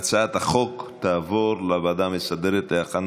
ההצעה להעביר את הצעת חוק יסודות התקציב (תיקון מס' 52,